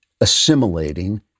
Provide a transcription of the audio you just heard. assimilating